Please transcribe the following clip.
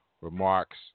remarks